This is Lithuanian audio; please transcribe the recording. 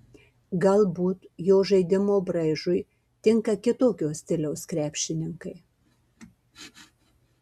galbūt jo žaidimo braižui tinka kitokio stiliaus krepšininkai